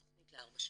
התכנית לארבע שנים.